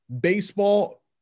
baseball